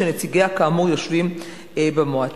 שנציגיה כאמור יושבים במועצה.